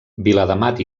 viladamat